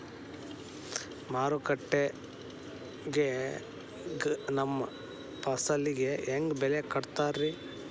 ಮಾರುಕಟ್ಟೆ ಗ ನಮ್ಮ ಫಸಲಿಗೆ ಹೆಂಗ್ ಬೆಲೆ ಕಟ್ಟುತ್ತಾರ ರಿ?